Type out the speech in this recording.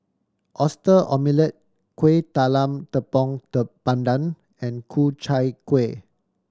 Oyster Omelette Kuih Talam tepong pandan and Ku Chai Kueh